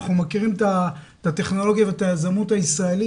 אנחנו מכירים את הטכנולוגיה ואת היזמות הישראלית,